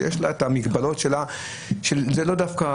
שיש לה את המגבלות שלה שזה לאו דווקא